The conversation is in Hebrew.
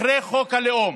אחרי חוק הלאום.